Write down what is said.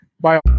Bye